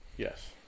Yes